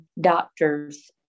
doctors